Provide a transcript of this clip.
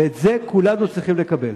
ואת זה כולנו צריכים לקבל.